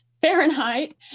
Fahrenheit